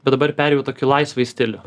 bet dabar perėjau į tokį laisvąjį stilių